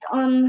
on